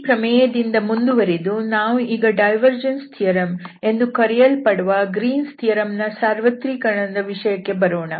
ಈ ಪ್ರಮೇಯದಿಂದ ಮುಂದುವರಿದು ಈಗ ನಾವು ಡೈವರ್ಜೆನ್ಸ್ ಥಿಯರಂ ಎಂದು ಕರೆಯಲ್ಪಡುವ ಗ್ರೀನ್ಸ್ ಥಿಯರಂ Green's theoremನ ಸಾರ್ವತ್ರೀಕರಣದ ವಿಷಯಕ್ಕೆ ಬರೋಣ